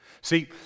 See